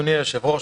אדוני היושב-ראש,